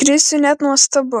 krisiui net nuostabu